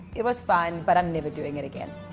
it was fun but i'm never doing it again.